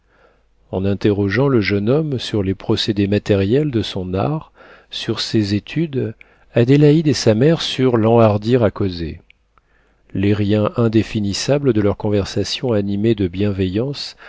en interrogeant le jeune homme sur les procédés matériels de son art sur ses études adélaïde et sa mère surent l'enhardir à causer les riens indéfinissables de leur conversation animée de bienveillance